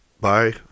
bye